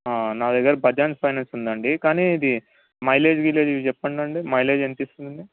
నా దగ్గర బజాజ్ ఫైనాన్స్ ఉందండి కానీ ఇది మైలేజ్ గిలెజ్ ఇవి చెప్పండండి మైలేజ్ ఎంత ఇస్తుందండి